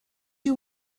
you